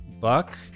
Buck